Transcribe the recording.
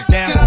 Now